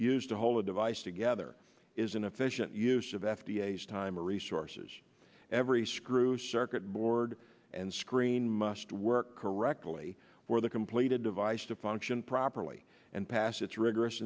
used to hold the device together is an efficient use of f t s time resources every screw circuit board and screen must work correctly for the completed device to function properly and pass it's rigorous